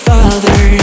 Father